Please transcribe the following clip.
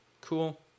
cool